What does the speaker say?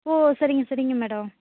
ஓ சரிங்க சரிங்க மேடோம்